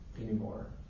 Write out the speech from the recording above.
anymore